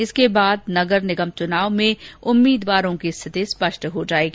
इसके बाद नगर निगम चुनाव में उम्मीदवारों की स्थिति स्पष्ट हो जाएगी